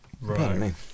right